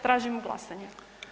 Tražimo glasanje.